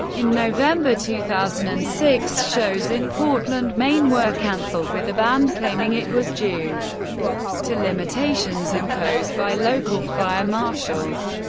in november two thousand and six shows in portland, maine, were cancelled, with the band claiming it was due to limitations imposed by local fire marshals.